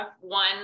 one